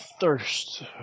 thirst